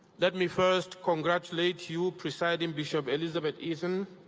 let me first congratulate you, presiding bishop elizabeth eaton,